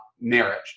marriage